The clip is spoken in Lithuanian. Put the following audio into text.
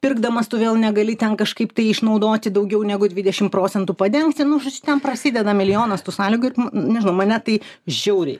pirkdamas tu vėl negali ten kažkaip tai išnaudoti daugiau negu dvidešimt procentų padengti nu ten prasideda milijonas tų sąlygų ir nežinau mane tai žiauriai